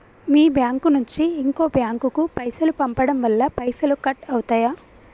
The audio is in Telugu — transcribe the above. మీ బ్యాంకు నుంచి ఇంకో బ్యాంకు కు పైసలు పంపడం వల్ల పైసలు కట్ అవుతయా?